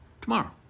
tomorrow